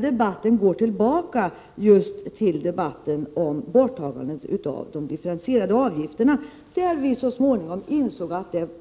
Debatten går tillbaka till den debatt som fördes om att ta bort de differentierade vårdavgifterna, där vi så småningom insåg att det